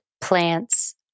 plants